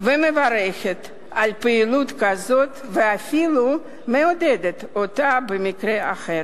ומברכת על פעילות כזאת ואפילו מעודדת אותה במקרה אחר.